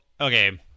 okay